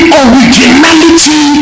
originality